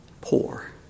poor